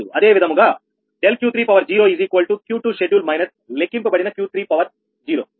5 అదే విధముగా ∆Q30 𝑄2 schedule minus లెక్కింపబడిన Q30